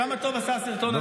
כמה טוב עשה הסרטון הזה,